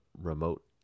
remote